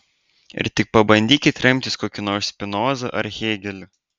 ir tik pabandykit remtis kokiu nors spinoza ar hėgeliu